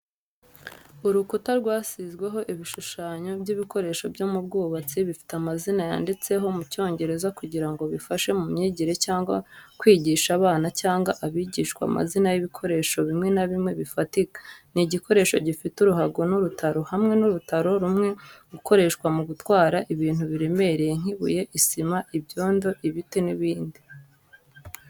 Urukuta rwasizweho ibishushanyo by’ibikoresho byo mu bwubatsi, bifite amazina yanditseho mu Cyongereza kugira ngo bifashe mu myigire cyangwa kwigisha abana cyangwa abigishwa amazina y'ibikoresho bimwe na bimwe bifatika. Ni igikoresho gifite uruhago n’urutaro hamwe n’urutaro rumwe gikoreshwa mu gutwara ibintu biremereye nk’ibuye, isima, ibyondo, ibiti n’ibindi.